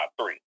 three